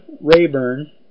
Rayburn